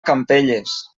campelles